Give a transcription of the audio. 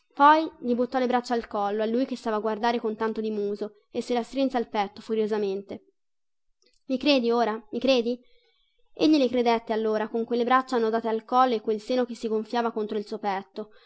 poi gli buttò le braccia al collo a lui che stava a guardare con tanto di muso e se la strinse al petto furiosamente mi credi ora mi credi ora egli le credette allora con quelle braccia annodate al collo e quel seno che si gonfiava contro il suo petto